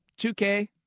2K